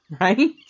Right